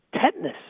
tetanus